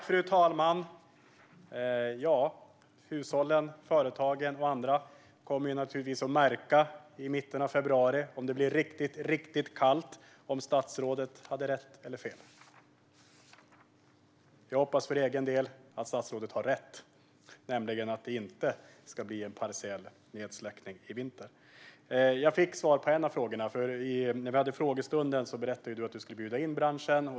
Fru talman! Ja, hushållen, företagen och andra kommer naturligtvis att märka i mitten av februari, om det blir riktigt kallt, om statsrådet hade rätt eller fel. Jag hoppas för egen del att statsrådet har rätt, nämligen att det inte ska bli en partiell nedsläckning i vinter. Jag fick svar på en av frågorna. Under frågestunden berättade du att du skulle bjuda in branschen.